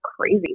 crazy